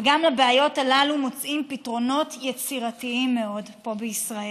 וגם לבעיות הללו מוצאים פתרונות יצירתיים מאוד פה בישראל.